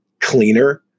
cleaner